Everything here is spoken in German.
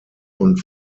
und